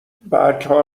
برگها